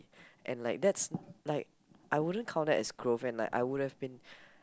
and like that's like I wouldn't count that as growth and like I would have been